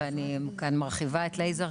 ואני כאן מרחיבה את לייזר.